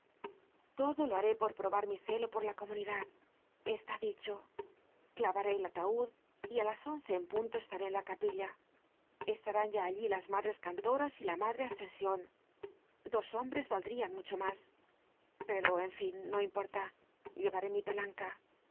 todo lo haré para probar mi celo por la comunidad está dicho clavaré el ataud y á las once en punto estaré en la capilla estarán ya allí las madres cantoras y la madre ascension dos hombres valdrían mucho mas pero en fin no importa llevaré mi palanca